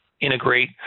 integrate